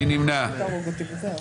הרוויזיה הוסרה.